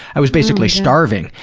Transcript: i was basically starving.